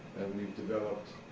we've developed